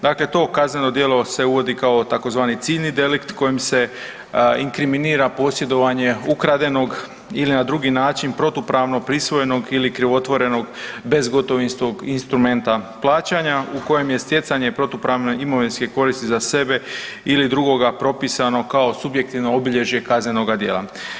Dakle to kazneno djelo se uvodi kao tzv. ciljni delikt kojim se inkriminira posjedovanje ukradenog ili na drugi način protupravno prisvojenog ili krivotvorenog bezgotovinskog instrumenta plaćanja u kojem je stjecanje protupravne imovinske koristi za sebe ili drugoga propisano kao subjektivno obilježje kaznenoga djela.